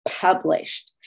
published